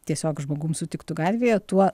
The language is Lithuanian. tiesiog žmogum sutiktu gatvėje tuo